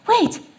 Wait